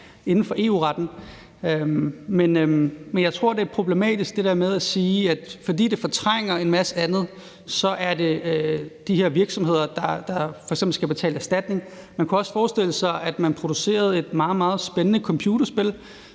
inden for EU-retten. Men jeg tror, det er problematisk at sige, at fordi det fortrænger en masse andet, er det de her virksomheder, der f.eks. skal betale erstatning. Man kunne jo også forestille sig, at man producerede et meget, meget spændende computerspil,